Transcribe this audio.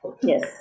yes